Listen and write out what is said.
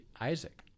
Isaac